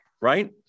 right